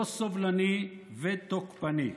לא סובלני ותוקפני.